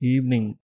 Evening